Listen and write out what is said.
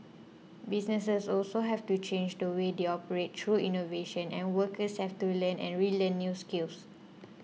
businesses also have to change the way they operate through innovation and workers have to learn and relearn new skills